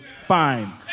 fine